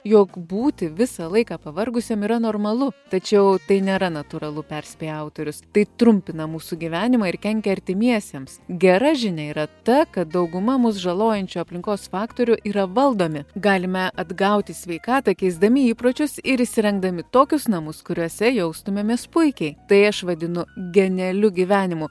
jog būti visą laiką pavargusiam yra normalu tačiau tai nėra natūralu perspėja autorius tai trumpina mūsų gyvenimą ir kenkia artimiesiems gera žinia yra ta kad dauguma mus žalojančių aplinkos faktorių yra valdomi galime atgauti sveikatą keisdami įpročius ir įsirengdami tokius namus kuriuose jaustumėmės puikiai tai aš vadinu genialiu gyvenimu